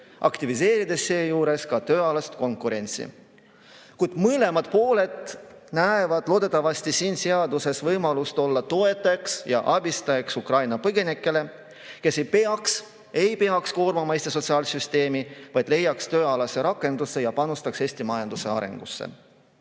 aktiviseerides seejuures ka tööalast konkurentsi. Kuid mõlemad pooled näevad loodetavasti siin seaduses võimalust olla toetajaks ja abistajaks Ukraina põgenikele, kes ei peaks koormama Eesti sotsiaalsüsteemi, vaid leiaks tööalase rakenduse ja panustaks Eesti majanduse arengusse.